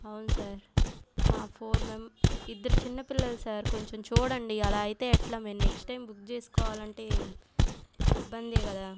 అవును సార్ ఆ four men ఇద్దరు చిన్న పిల్లలు సార్ కొంచెం చూడండి అలా అయితే ఎట్లా మేము నెక్స్ట్ టైమ్ బుక్ చేసుకోవాలంటే ఇబ్బంది కదా